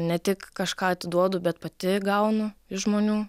ne tik kažką atiduodu bet pati gaunu iš žmonių